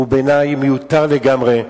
ובעיני זה מיותר לגמרי,